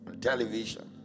television